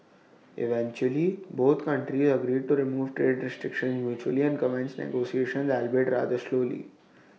eventually both countries agreed to remove trade restrictions mutually and commence negotiations albeit rather slowly